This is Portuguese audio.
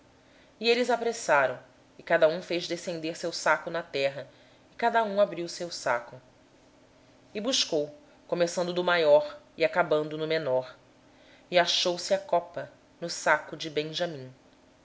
então eles se apressaram cada um a pôr em terra o seu saco e cada um a abri-lo e o despenseiro buscou começando pelo maior e acabando pelo mais novo e achou-se a taça no saco de benjamim